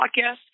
podcast